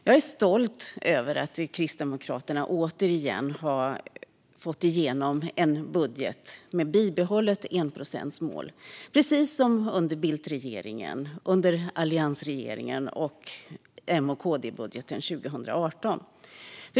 Jag är stolt över att Kristdemokraterna återigen har fått igenom en budget med bibehållet enprocentsmål, precis som under Bildtregeringen, alliansregeringen och M-KD-budgeten 2018.